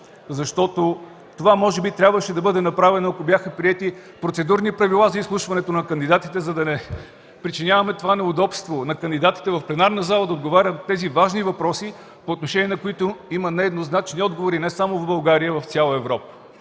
защото това може би трябваше да бъде направено, ако бяха приети процедурни правила за изслушването на кандидатите, за да не им причиняваме неудобството в пленарната зала да отговарят на тези важни въпроси, по отношение на които има нееднозначни отговори не само в България, а и в цяла Европа.